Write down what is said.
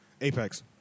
Apex